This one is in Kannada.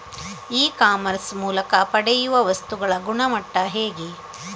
ಇ ಕಾಮರ್ಸ್ ಮೂಲಕ ಪಡೆಯುವ ವಸ್ತುಗಳ ಗುಣಮಟ್ಟ ಹೇಗೆ?